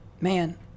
Man